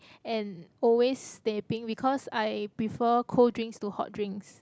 and always teh peng cause I prefer cold drinks to hot drinks